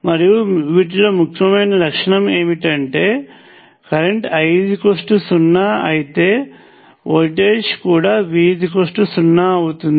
మరియు వీటిలో ముఖ్యమైన లక్షణం ఏమిటంటే కరెంట్ I0 అయితే వోల్టేజ్ కూడా V0 అవుతుంది